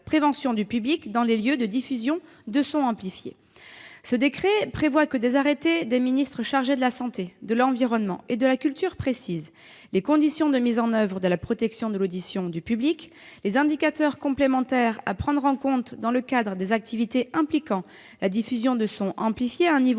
prévention du public dans les lieux de diffusion de sons amplifiés. Ce décret prévoit que des arrêtés des ministres chargés de la santé, de l'environnement et de la culture précisent les conditions de mise en oeuvre de la protection de l'audition du public, les indicateurs complémentaires à prendre en compte dans le cadre des activités impliquant la diffusion de sons amplifiés à un niveau